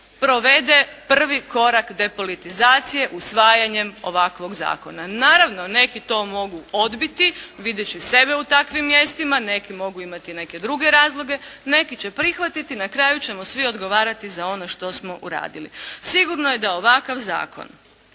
provede prvi korak depolitizacije usvajanjem ovakvog Zakona. Naravno neki to mogu odbiti videći sebe u takvim mjestima, neki mogu imati neke druge razloge, neki će prihvatiti, na kraju ćemo svi odgovarati za ono što smo uradili. Sigurno je da ovakav Zakon